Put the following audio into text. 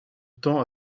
temps